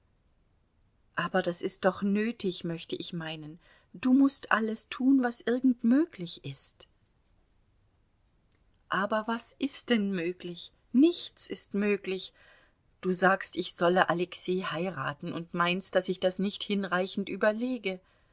aber das ist doch nötig möchte ich meinen du mußt alles tun was irgend möglich ist aber was ist denn möglich nichts ist möglich du sagst ich solle alexei heiraten und meinst daß ich das nicht hinreichend überlege